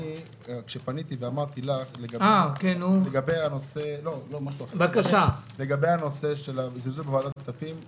כשפניתי ואמרתי לך לגבי הנושא של הזלזול בוועדת הכספים,